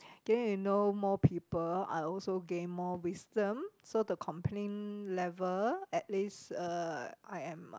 then you know more people I also gain more wisdom so the complain level at least uh I am